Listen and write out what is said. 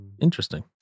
interesting